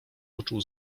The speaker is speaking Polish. uczuł